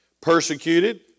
Persecuted